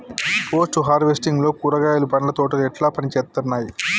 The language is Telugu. పోస్ట్ హార్వెస్టింగ్ లో కూరగాయలు పండ్ల తోటలు ఎట్లా పనిచేత్తనయ్?